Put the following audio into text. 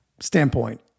standpoint